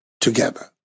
together